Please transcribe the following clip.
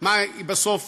מה היא בסוף